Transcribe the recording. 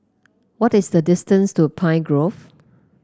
what is the distance to Pine Grove